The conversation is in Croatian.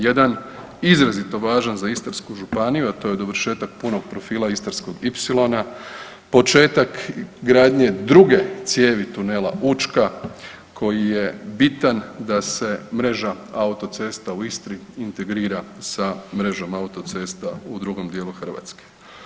Jedan izrazito važan za Istarsku županiju, a to je dovršetak punog profila Istarskog ipsilona, početak gradnje druge cijevi Tunela Učka koji je bitan da se mreža autocesta u Istri integrira sa mrežom autocesta u drugom dijelu Hrvatske.